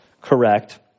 correct